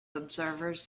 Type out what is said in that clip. observers